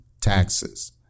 taxes